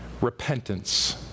repentance